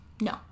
No